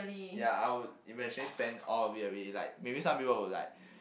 ya I would eventually spend all of it away like maybe some people would like